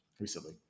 recently